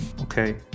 okay